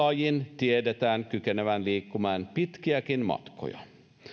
lajin tiedetään kykenevän liikkumaan pitkiäkin matkoja